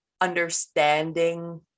understanding